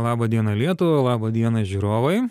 laba diena lietuva laba diena žiūrovai